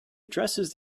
addresses